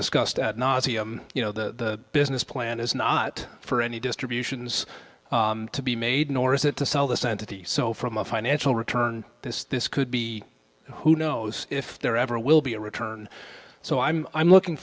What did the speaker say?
discussed ad nauseum you know the business plan is not for any distributions to be made nor is it to sell this entity so from a financial return this this could be who knows if there ever will be a return so i'm i'm looking